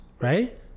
right